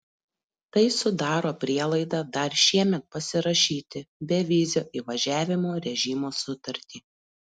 tai sudaro prielaidą dar šiemet pasirašyti bevizio įvažiavimo režimo sutartį